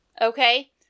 Okay